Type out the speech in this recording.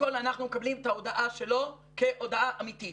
קודם כל אנחנו מקבלים את ההודעה שלו כהודעה אמיתית.